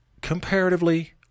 comparatively –